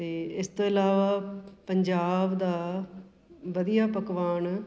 ਅਤੇ ਇਸ ਤੋਂ ਇਲਾਵਾ ਪੰਜਾਬ ਦਾ ਵਧੀਆ ਪਕਵਾਨ